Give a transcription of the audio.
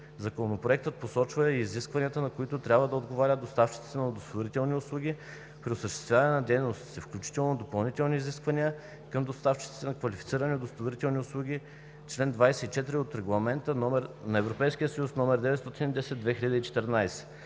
Законопроектът посочва и изискванията, на които трябва да отговарят доставчиците на удостоверителни услуги при осъществяване на дейността си, включително допълнителните изисквания към доставчиците на квалифицирани удостоверителни услуги съгласно чл. 24 от Регламент (ЕС) № 910/2014.